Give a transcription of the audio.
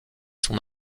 son